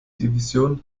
division